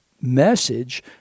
message